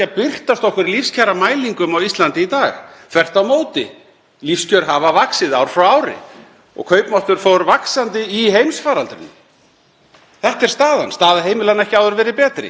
Þetta er staðan, staða heimilanna hefur ekki áður verið betri og raunvaxtastig húsnæðislána ekki verið jafn lágt í langan tíma. Varðandi skuldastöðu ríkissjóðs, sem hv.